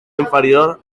inferior